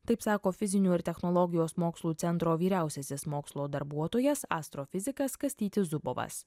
taip sako fizinių ir technologijos mokslų centro vyriausiasis mokslo darbuotojas astrofizikas kastytis zubovas